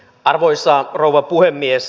arvoisa rouva puhemies